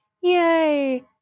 Yay